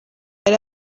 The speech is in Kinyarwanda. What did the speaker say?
yari